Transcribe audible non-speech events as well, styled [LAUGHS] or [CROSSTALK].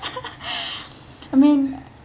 [LAUGHS] I mean